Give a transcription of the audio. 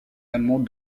allemands